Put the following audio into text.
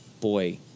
Boy